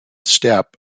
step